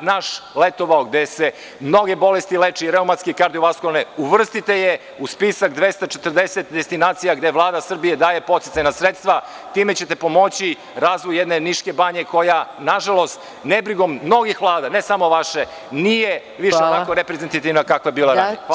naš kralj letovao, gde se mnoge bolesti leče, reumatske i kardiovaskularne, uvrstite je u spisak 240 destinacija, gde Vlada Srbije daje podsticajna sredstva i time ćete pomoći razvoj Niške banje koja nažalost nebrigom mnogih vlada, ne samo vaše, nije više tako reprezentativna kakva je bila ranije.